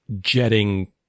jetting